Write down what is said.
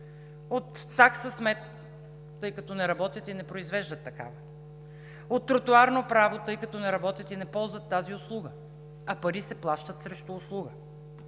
от такса смет, тъй като не работят и не произвеждат такава; от тротоарно право, тъй като не работят и не ползват тази услуга, а пари се плащат срещу услуга;